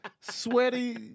Sweaty